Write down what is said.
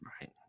Right